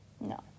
No